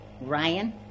Ryan